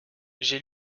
j’ai